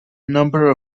number